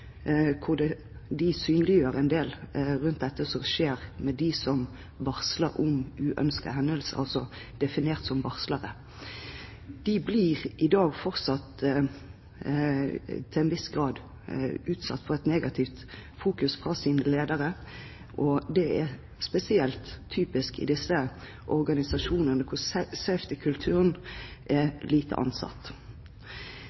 synliggjør en del av det som skjer med dem som er definert som varslere, som varsler om uønskede hendelser. De blir i dag fortsatt til en viss grad utsatt for negativ oppmerksomhet fra sine ledere. Det er spesielt typisk i organisasjonene der «safety»-kulturen er lite ansett. Tid og tilgang er